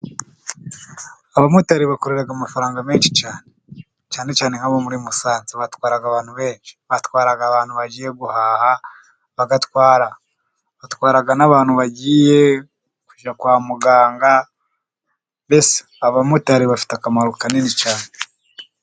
Abamotari bakorera amafaranga menshi cyane. Cyane cyane nk'abo muri Musanze batwara abantu benshi. Batwara abantu bagiye guhaha, bagatwara, batwara n'abantu bagiye kujya kwa muganga, mbese abamotari bafite akamaro kanini cyane.